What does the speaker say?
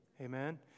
Amen